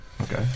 Okay